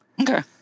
Okay